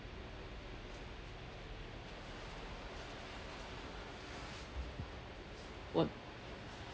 were